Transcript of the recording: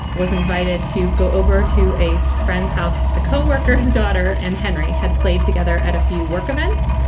was invited to go over to a friend's house. the co-worker's daughter and henry had played together at a few work events,